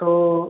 तो